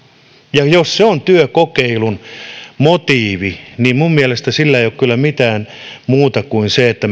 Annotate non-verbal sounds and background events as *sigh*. ja jos se on työkokeilun motiivi niin minun mielestäni siinä ei ole kyllä mitään muuta kuin se että *unintelligible*